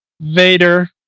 Vader